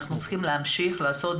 אנחנו צריכים להמשיך לעשות,